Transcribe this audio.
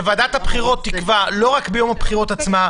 שוועדת הבחירות תקבע לא רק לגבי יום הבחירות עצמו.